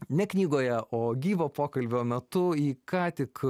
ne knygoje o gyvo pokalbio metu į ką tik